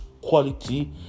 quality